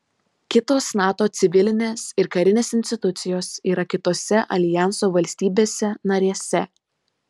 kitos nato civilinės ir karinės institucijos yra kitose aljanso valstybėse narėse